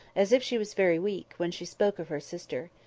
as if she was very weak, when she spoke of her sister.